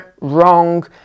Wrong